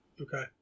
Okay